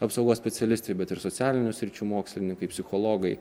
apsaugos specialistai bet ir socialinių sričių mokslininkai psichologai